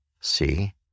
See